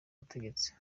butegetsi